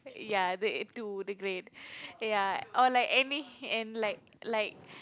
ya the to the great ya or like any and like like